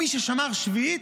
מי ששמר שביעית,